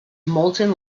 molten